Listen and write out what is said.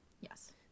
Yes